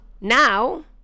now